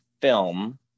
film